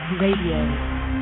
Radio